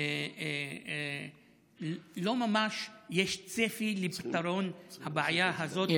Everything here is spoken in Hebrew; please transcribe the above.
אין ממש צפי לפתרון הבעיה הזאת,